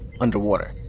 underwater